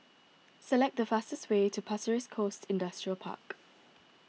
select the fastest way to Pasir Ris Coast Industrial Park